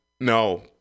No